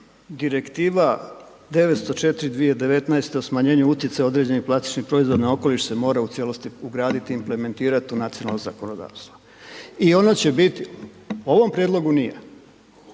Direktiva 904/2019 o smanjenju utjecaja određenih plastičnih proizvoda na okoliš se mora u cijelosti ugraditi i implementirati u nacionalno zakonodavstvo i ono će biti, u ovom prijedlogu nije.